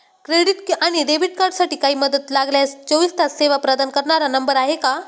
Credit आणि debit कार्डसाठी काही मदत लागल्यास चोवीस तास सेवा प्रदान करणारा नंबर आहे का?